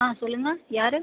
ஆ சொல்லுங்கள் யாரு